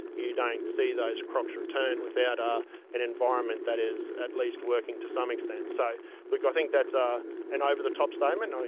you don't see those crocs return without ah an environment that is at least working to some extent. so like i think that's ah an over-the-top statement.